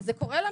זה קורה.